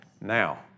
Now